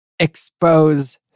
expose